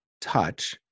touch